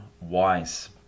wise